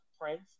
Prince